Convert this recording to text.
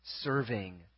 Serving